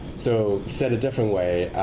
so said a different way,